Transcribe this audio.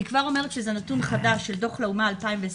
אני כבר אומרת שזה נתון חדש של דוח לאומה 2020,